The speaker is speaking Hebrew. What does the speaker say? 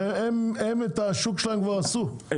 הרי הם את השוק שלהם כבר עשו,